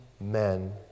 men